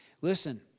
Listen